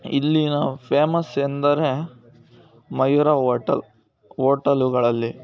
ಇಲ್ಲಿನ ಫೇಮಸ್ ಎಂದರೆ ಮಯೂರ ಓಟಲ್ ಓಟಲುಗಳಲ್ಲಿ